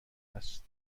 است